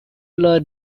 learn